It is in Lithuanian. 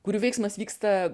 kurių veiksmas vyksta